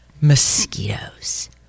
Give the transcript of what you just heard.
Mosquitoes